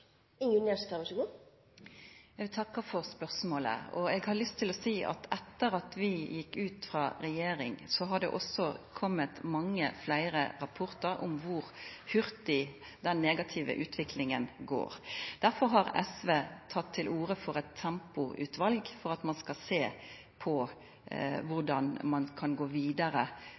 Eg takkar for spørsmålet. Eg har lyst å seia at etter at vi gjekk ut av regjering, har det kome mange fleire rapportar om kor hurtig den negative utviklinga går. Derfor har SV teke til orde for eit tempoutval for at ein skal sjå på korleis ein kan gå vidare,